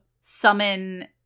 summon